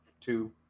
two